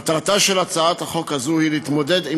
מטרתה של הצעת החוק הזאת היא להתמודד עם